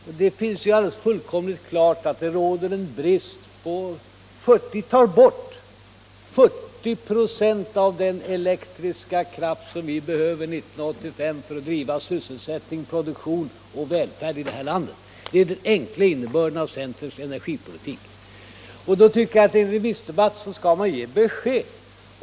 Och det är fullkomligt klart att 40 96 av den elektriska kraft vi behöver 1985 för att driva sysselsättning, produktion och välfärd i det här landet faller bort — det är den enkla innebörden av centerns Allmänpolitisk debatt Allmänpolitisk debatt 50 energipolitik. Jag tycker att i en allmänpolitisk debatt skall man ge besked.